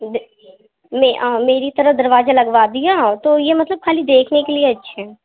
نہیں میری طرح دروازہ لگا دیا تو یہ مطلب خالی دیکھنے کے لیے اچھے ہیں